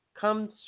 comes